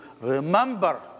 remember